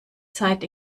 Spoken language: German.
zeit